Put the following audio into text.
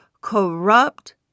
corrupt